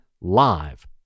live